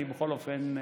בכל אופן,